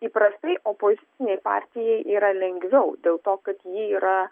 įprastai opozicinei partijai yra lengviau dėl to kad ji yra